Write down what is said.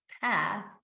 path